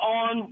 on